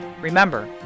Remember